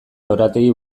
lorategi